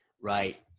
right